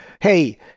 hey